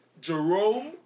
Jerome